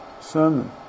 sermon